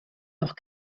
noch